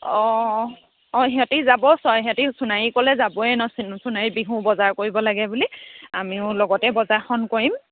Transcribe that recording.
অঁ অঁ সিহঁতে যাব ছয় সিহঁতে সোনাৰী ক'লে যাবই নহ্ চো সোনাৰী বিহু বজাৰ কৰিব লাগে বুলি আমিও লগতে বজাৰখন কৰিম